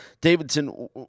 Davidson